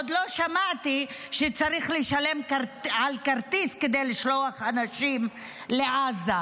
עוד לא שמעתי שצריך לשלם על כרטיס כדי לשלוח אנשים לעזה.